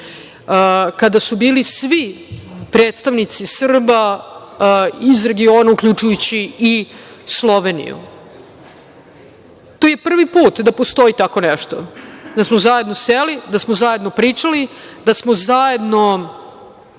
kada su bili svi predstavnici Srba iz regiona, uključujući i Sloveniju. To je prvi put da postoji tako nešto, da smo zajedno seli, da smo zajedno pričali, da smo zajedno